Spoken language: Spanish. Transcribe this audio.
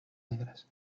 negras